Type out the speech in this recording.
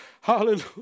Hallelujah